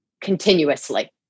continuously